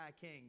king